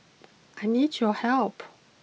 I need your help